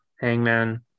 Hangman